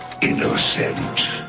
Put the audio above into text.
innocent